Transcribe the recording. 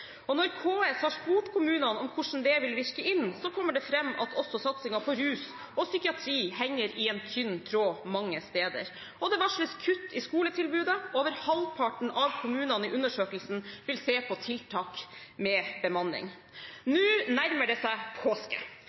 Når KS har spurt kommunene om hvordan det vil virke inn, kommer det fram at også satsingen innen rus og psykiatri henger i en tynn tråd mange steder, og det varsles kutt i skoletilbudene. Over halvparten av kommunene i undersøkelsen vil se på tiltak, som bemanning. Nå nærmer det seg påske,